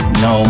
no